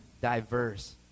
diverse